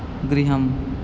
गृहम्